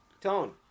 Tone